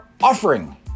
offering